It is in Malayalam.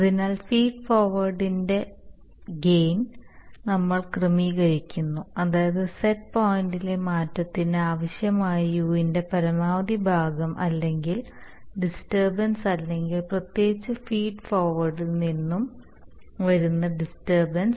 അതിനാൽ ഫീഡ് ഫോർവേഡിന്റെ ഗെയിൻ നമ്മൾ ക്രമീകരിക്കുന്നു അതായത് സെറ്റ് പോയിന്റിലെ മാറ്റത്തിന് ആവശ്യമായ u വിന്റെ പരമാവധി ഭാഗം അല്ലെങ്കിൽ ഡിസ്റ്റർബൻസ് അല്ലെങ്കിൽ പ്രത്യേകിച്ച് ഫീഡ് ഫോർവേഡിൽ നിന്നും വരുന്ന ഡിസ്റ്റർബൻസ്